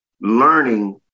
learning